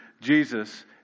Jesus